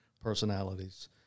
personalities